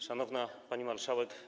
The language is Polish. Szanowna Pani Marszałek!